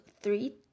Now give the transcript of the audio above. three